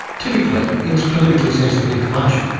typically, it's politically sensitive information.